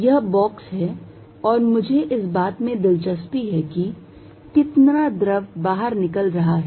यह बॉक्स है और मुझे इस बात में दिलचस्पी है कि कितना द्रव बाहर निकल रहा है